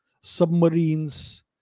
submarines